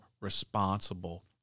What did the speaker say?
responsible